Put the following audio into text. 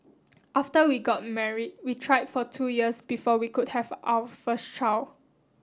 after we got married we tried for two years before we could have our first child